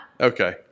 okay